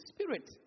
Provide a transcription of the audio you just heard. Spirit